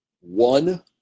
One